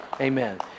Amen